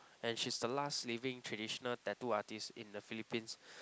and she is the last living traditional tattoo artist in the Philippines